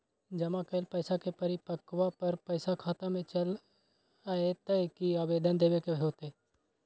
जमा कैल पैसा के परिपक्वता पर पैसा खाता में चल अयतै की आवेदन देबे के होतै?